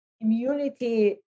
immunity